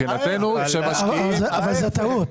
אבל זו טעות.